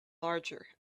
larger